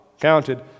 counted